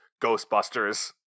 Ghostbusters